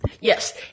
Yes